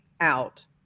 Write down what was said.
out